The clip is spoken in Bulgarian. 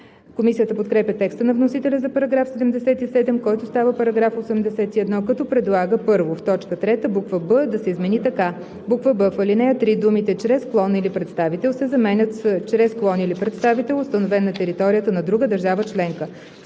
Комисията подкрепя текста на вносителя за § 77, който става § 81, като предлага: „1. В т. 3 буква „б“ да се измени така: „б) в ал. 3 думите „чрез клон или представител“ се заменят с „чрез клон или представител, установен на територията на друга държава членка“.